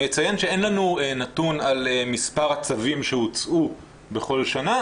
אני אציין שאין לנו נתון על מספר הצווים שהוצאו בכל שנה,